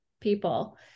people